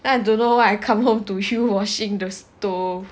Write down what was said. then I don't know I come home to you washing the stove